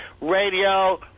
radio